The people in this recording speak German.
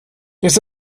ist